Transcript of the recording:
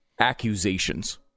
accusations